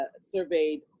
surveyed